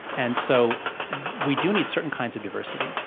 and so we do need certain kinds of diversity,